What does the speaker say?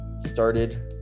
started